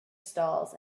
stalls